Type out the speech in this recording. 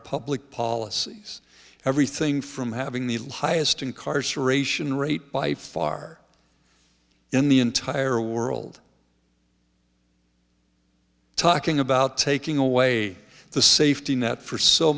public policies everything from having the highest incarceration rate by far in the entire world talking about taking away the safety net for so